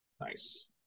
Nice